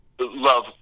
love